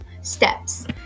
steps